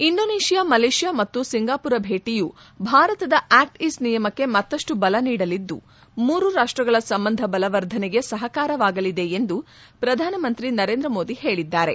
Indonesia Malaysia ಮತ್ತು Singapore ಭೇಟಿಯು ಭಾರತದ ಆಕ್ಟ್ ಈಸ್ಟ್ ನಿಯಮಕ್ಕೆ ಮತ್ತಷ್ಟು ಬಲ ನೀಡಲಿದ್ದು ಮೂರು ರಾಷ್ಟಗಳ ಸಂಬಂಧ ಬಲವರ್ಧನೆಗೆ ಸಹಕಾರವಾಗಲಿದೆ ಎಂದು ಪ್ರಧಾನಿ ನರೇಂದ್ರ ಮೋದಿ ಹೇಳಿದ್ದಾರೆ